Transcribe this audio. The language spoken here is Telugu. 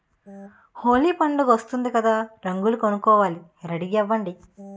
హోలీ పండుగొస్తోంది కదా రంగులు కొనుక్కోవాలి రెడీ అవ్వండి